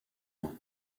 ans